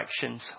directions